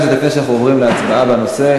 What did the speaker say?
ועדת הפנים, אנחנו מסכימים.